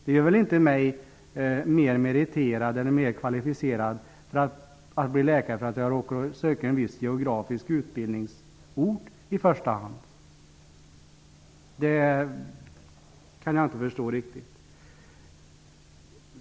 Det gör väl inte mig mer kvalificerad att bli läkare att jag råkar söka en viss geografisk utbildningsort i första hand. Det kan jag inte förstå riktigt.